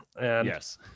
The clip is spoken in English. Yes